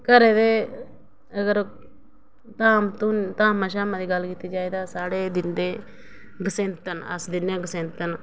घरै दे अगर धामां धूनी धामां दी अगर गल्ल कीती जाए ते अज्जकल सारे दिंदे गसैंतन अस दिन्ने आं गसैंतन